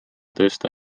tõsta